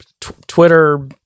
Twitter